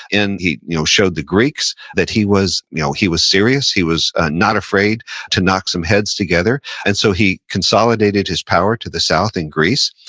and he you know showed the greeks that he was you know he was serious, he was not afraid to knock some heads together and so, he consolidated his power to the south in greece,